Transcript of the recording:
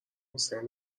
حسین